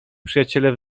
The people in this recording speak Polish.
przyjaciele